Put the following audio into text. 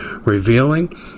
revealing